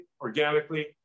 organically